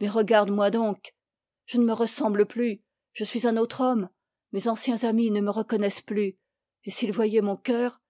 mais regarde-moi donc je suis un autre homme mes anciens amis ne me reconnaissent plus et s'ils voyaient mon cœur